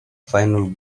final